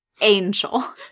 angel